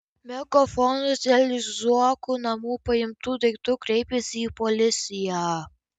meko fondas dėl iš zuokų namų paimtų daiktų kreipėsi į policiją